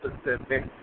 specific